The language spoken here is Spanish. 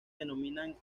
denominan